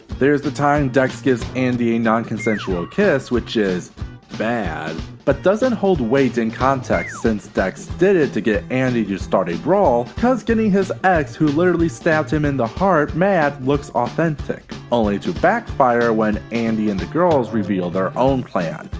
there's the time dex gives andi a non consensual kiss which is bad, but doesn't hold weight in context since dex did it to get andi to start a brawl cause getting his ex who literally stabbed him in the heart mad looks authentic. only to back fire when andi and the girls reveal their own plan.